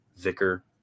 vicar